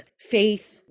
faith